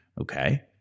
Okay